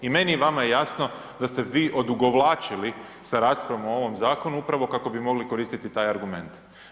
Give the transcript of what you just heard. I meni i vama je jasno da ste vi odugovlačili sa raspravom o ovom zakonu upravo kako bi mogli koristiti taj argument.